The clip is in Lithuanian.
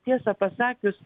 tiesą pasakius